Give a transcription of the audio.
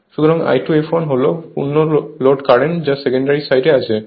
সুতরাং I2 fl হল পূর্ণ লোড কারেন্ট যা সেকেন্ডারি সাইডে আছে